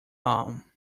home